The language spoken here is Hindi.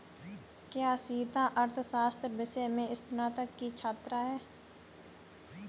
क्या सीता अर्थशास्त्र विषय में स्नातक की छात्रा है?